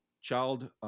child